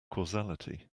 causality